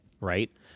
Right